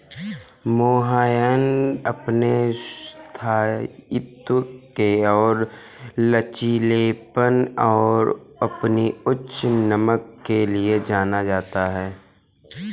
mohair अपने स्थायित्व और लचीलेपन और अपनी उच्च चमक के लिए जाना जाता है